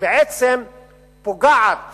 שבעצם פוגעת